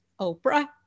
Oprah